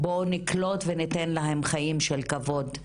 בואו נקלוט אותן וניתן להן חיים של כבוד.